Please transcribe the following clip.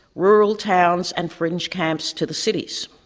rural towns and fringe camps to the cities.